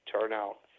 turnout